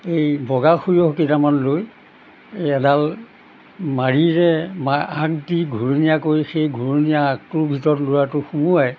এই বগা সৰিয়হ কেইটামান লৈ এডাল মাৰিৰে মা আগ দি ঘূৰণীয়া কৰি সেই ঘূৰণীয়া আগটোৰ ভিতৰত ল'ৰাটো সোমোৱাই